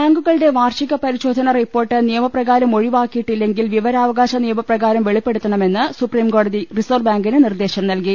ബാങ്കുകളുടെ വാർഷികപരിശോധനാ റിപ്പോർട്ട് നിയമ പ്രകാരം ഒഴിവാക്കിയിട്ടില്ലെങ്കിൽ വിവരാവകാശ നിയമപ്രകാരം വെളിപ്പെടുത്തണമെന്ന് സുപ്രീംകോടതി റിസർവ്വ്ബാങ്കിന് നിർദ്ദേശം നൽകി